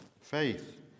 Faith